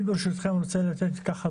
(מוצגת מצגת) אני ברשותכם רוצה לתת סקירה